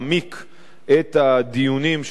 את הדיונים שמתקיימים כאן,